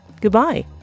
Goodbye